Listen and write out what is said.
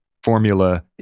formula